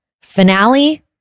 Finale